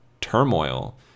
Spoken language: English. turmoil